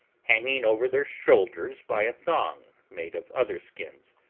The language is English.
hanging over their shoulders by a thong made of other skins,